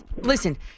listen